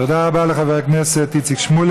תודה רבה לחבר הכנסת איציק שמולי.